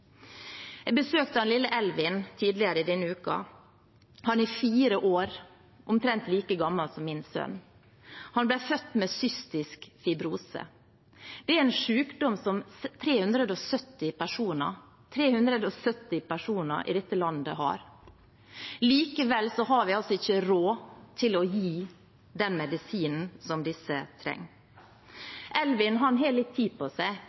Jeg besøkte lille Elvin tidligere i denne uken. Han er fire år, omtrent like gammel som min sønn. Han ble født med cystisk fibrose. Det er en sykdom som 370 personer i dette landet har. Likevel har vi altså ikke råd til å gi dem den medisinen de trenger. Elvin har litt tid på seg.